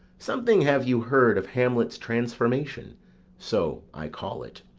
something have you heard of hamlet's transformation so i call it,